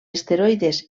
esteroides